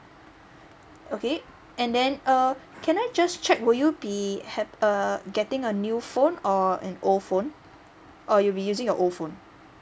okay and then err can I just check will you be hap~ uh getting a new phone or an old phone or you'll be using your old phone